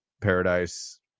paradise